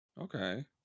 Okay